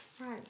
right